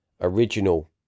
original